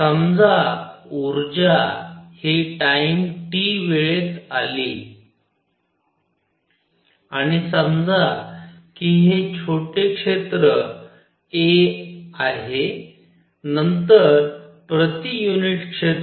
समजा ऊर्जा हे टाइम t वेळेत आली आणि समजा की हे क्षेत्र छोटे क्षेत्र A आहे नंतर प्रति युनिट क्षेत्र